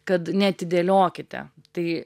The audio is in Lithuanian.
kad neatidėliokite tai